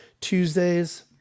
Tuesdays